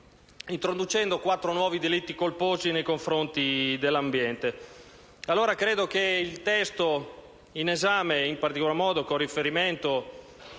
introducendo quattro nuovi delitti colposi contro l'ambiente. Penso dunque che, sul testo in esame, in particolar modo con riferimento